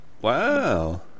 wow